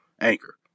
Anchor